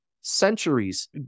centuries